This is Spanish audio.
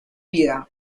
vida